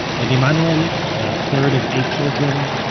but emanuel, the third of eight children,